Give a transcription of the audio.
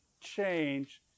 change